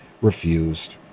refused